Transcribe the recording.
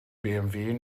bmw